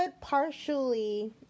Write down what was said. partially